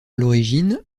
l’origine